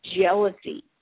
jealousy